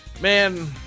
Man